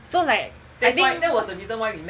so like that's why